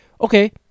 okay